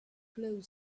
closed